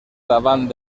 davant